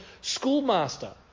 schoolmaster